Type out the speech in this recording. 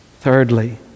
thirdly